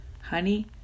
Honey